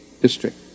District